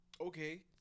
Okay